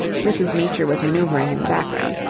mrs. meecher was manoeuvring in the background.